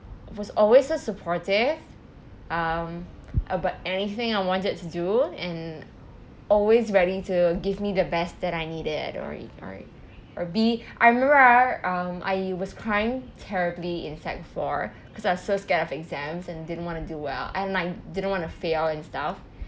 was always so supportive um about anything I wanted to do and always ready to give me the best that I needed at any point or be I remember ah um I was crying terribly in sec four because I was so scared of exams and didn't want to do well and like didn't want to fail and stuff